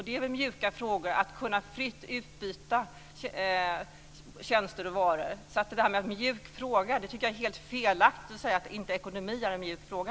Det är väl mjuka frågor att fritt kunna utbyta tjänster och varor, så jag tycker att det är helt felaktigt att säga att ekonomi inte är en mjuk fråga.